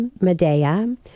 Medea